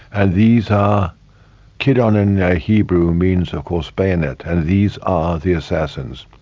and these are kidon in hebrew means of course bayonet, and these are the assassins.